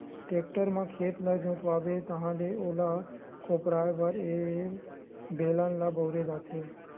tractor म खेत ल जोतवाबे ताहाँले ओला कोपराये बर ए बेलन ल बउरे जाथे